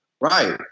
Right